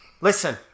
Listen